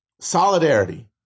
solidarity